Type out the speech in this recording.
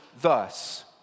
thus